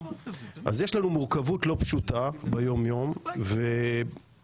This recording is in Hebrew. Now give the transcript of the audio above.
אז יש לנו מורכבות לא פשוטה ביום-יום ולא